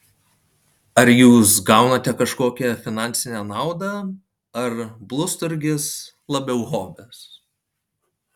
ar jūs gaunate kažkokią finansinę naudą ar blusturgis labiau hobis